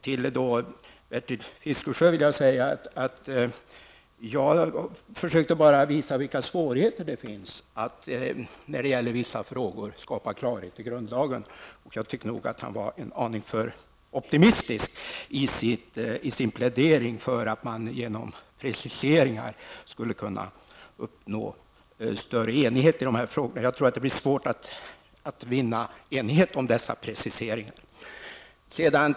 Till Bertil Fiskesjö vill jag säga att jag bara försökte påvisa svårigheterna att i grundlagen skapa klarhet kring vissa frågor. Jag tycker att Bertil Fiskesjö var en aning för optimistisk i sin plädering för att man genom preciseringar skulle kunna uppnå större enighet i dessa frågor. Jag tror att det blir svårt att vinna enighet om dessa preciseringar.